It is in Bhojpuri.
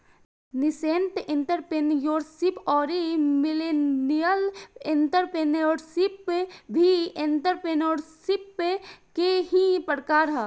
नेसेंट एंटरप्रेन्योरशिप अउरी मिलेनियल एंटरप्रेन्योरशिप भी एंटरप्रेन्योरशिप के ही प्रकार ह